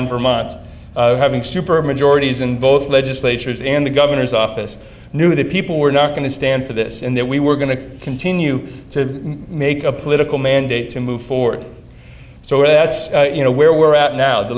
in vermont having super majorities in both legislatures and the governor's office knew that people were not going to stand for this and that we were going to continue to make a political mandate to move forward so that's you know where we're at now the